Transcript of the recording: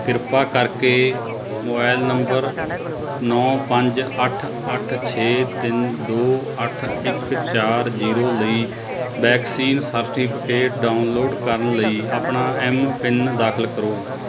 ਕਿਰਪਾ ਕਰਕੇ mobile number ਨੌਂ ਪੰਜ ਅੱਠ ਅੱਠ ਛੇ ਤਿੰਨ ਦੋ ਅੱਠ ਇੱਕ ਚਾਰ ਜੀਰੋ ਲਈ ਵੈਕਸੀਨ ਸਰਟੀਫਿਕੇਟ ਡਾਊਨਲੋਡ ਕਰਨ ਲਈ ਆਪਣਾ ਐੱਮ ਪਿੰਨ ਦਾਖਲ ਕਰੋ